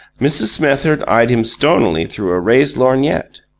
mrs. smethurst eyed him stonily through a raised lorgnette.